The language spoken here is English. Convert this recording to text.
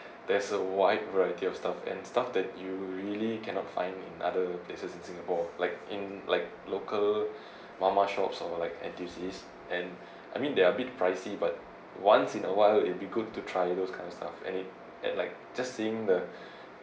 there's a wide variety of stuff and stuff that you really cannot find in other places in singapore like in like local mama shops or like N_T_U_Cs and I mean there are a bit pricey but once in a while it'll be good to try those kind of stuff and it at like just seeing the